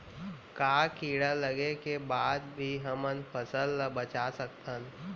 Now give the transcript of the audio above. का कीड़ा लगे के बाद भी हमन फसल ल बचा सकथन?